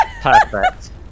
Perfect